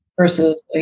versus